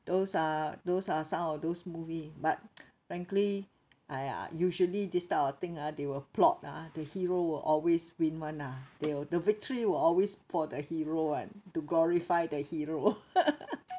those are those are some of those movie but frankly !aiya! usually this type of thing ah they will plot ah the hero will always win [one] lah they will the victory will always for the hero [one] to glorify the hero